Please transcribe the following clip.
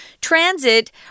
Transit